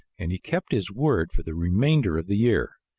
and he kept his word for the remainder of the year.